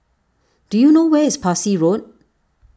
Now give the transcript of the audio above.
do you know where is Parsi Road